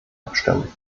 abstimmen